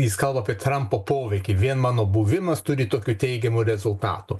jis kalba apie trampo poveikį vien mano buvimas turi tokių teigiamų rezultatų